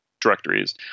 directories